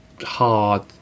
hard